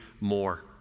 more